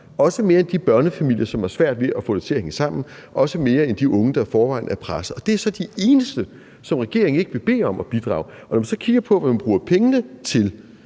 også mere end de børnefamilier, som har svært ved at få det til at hænge sammen, og også mere end de unge, der i forvejen er pressede. Men det er så de eneste, som regeringen ikke vil bede om at bidrage. Når vi så kigger på, hvad man bruger pengene på,